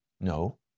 No